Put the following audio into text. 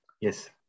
yes